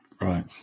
Right